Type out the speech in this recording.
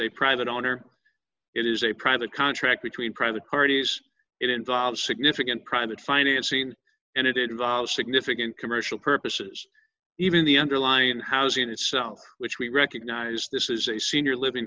a private owner it is a private contract between private parties it involves significant private financing and it involves significant commercial purposes even the underlying housing itself which we recognize this is a senior living